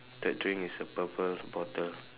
that drink is a purple bottle